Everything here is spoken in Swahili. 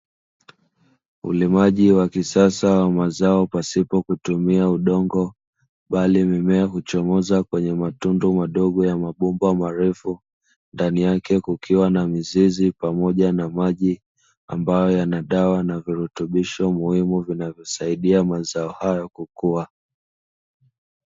Ulimaji wa kisasa wa mazao pasipo kutumia udongo, bali mimea huchomoza kwenye matundu madogo ya mabomba marefu, ndani yake kukiwa na mizizi pamoja na maji, ambayo yana dawa pamoja na virutubisho muhimu, vinavyosaidia mazao hayo kukua.